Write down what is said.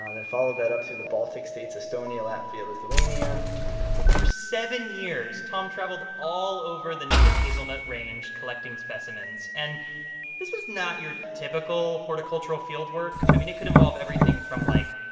ah followed that up to the baltic states estonia, latvia, lithuania for seven years, tom traveled all over the native hazelnut range collecting specimens, and this was not your typical horticultural fieldwork. i mean, it could involve everything from, like,